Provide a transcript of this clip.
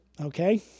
okay